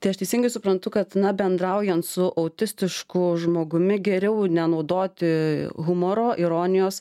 tai aš teisingai suprantu kad bendraujant su autistišku žmogumi geriau nenaudoti humoro ironijos